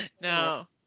no